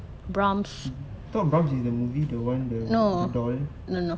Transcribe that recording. thought brahms is the movie the one the the doll